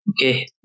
Okay